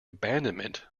abandonment